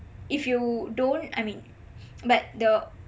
if you don't I mean but the